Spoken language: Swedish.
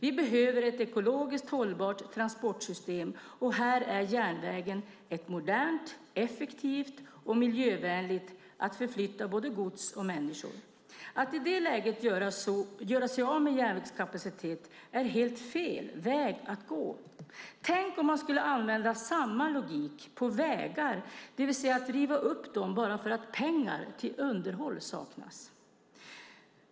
Vi behöver ett ekologiskt hållbart transportsystem. Här är järnvägen ett modernt, effektivt och miljövänligt sätt att förflytta både gods och människor på. Att i det läget göra sig av med järnvägskapacitet är helt fel väg att gå. Tänk om man skulle använda samma logik på vägar, det vill säga riva upp dem bara för att pengar till underhåll saknas.